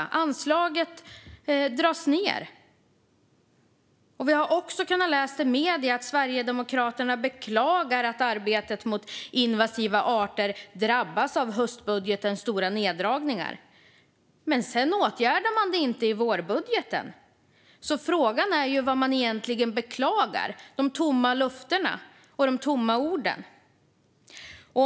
Anslaget dras ned. Vi har också kunnat läsa i medierna att Sverigedemokraterna beklagar att arbetet mot invasiva arter drabbas av höstbudgetens stora neddragningar. Men sedan åtgärdar man det inte i vårbudgeten. Frågan är därför vad man egentligen beklagar - de tomma löftena och de tomma orden?